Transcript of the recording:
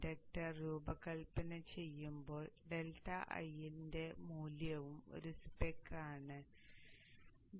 inductor രൂപകൽപ്പന ചെയ്യുമ്പോൾ ∆IL ന്റെ മൂല്യവും ഒരു സ്പെക് ആണ്